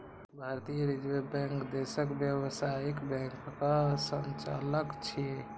भारतीय reserve bank देशक व्यावसायिक बैंकक संचालक छियै